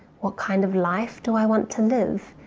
what kind of life do i want to live?